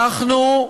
אנחנו,